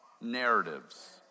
narratives